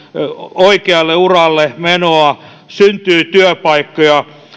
oikealle uralle menoa syntyy työpaikkoja